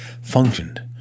functioned